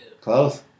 Close